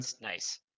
Nice